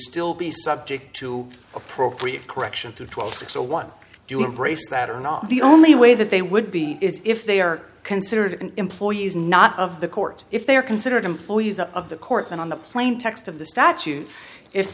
still be subject to appropriate correction to twelve six zero one do embrace that or not the only way that they would be is if they are considered employees not of the court if they are considered employees of the court and on the plain text of the statute i